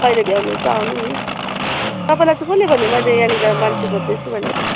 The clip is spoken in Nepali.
कहिले भ्याउनु हुन्छ आउनु नि तपाईँलाई चाहिँ कसले भन्यो मैले यहाँनिर मान्छे खोज्दैछु भनेर